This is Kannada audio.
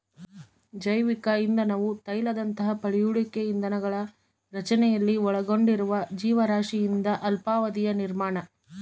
ಜೈವಿಕ ಇಂಧನವು ತೈಲದಂತಹ ಪಳೆಯುಳಿಕೆ ಇಂಧನಗಳ ರಚನೆಯಲ್ಲಿ ಒಳಗೊಂಡಿರುವ ಜೀವರಾಶಿಯಿಂದ ಅಲ್ಪಾವಧಿಯ ನಿರ್ಮಾಣ